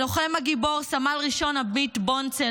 הלוחם הגיבור סמל ראשון עמית בונצל,